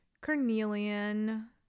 carnelian